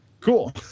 Cool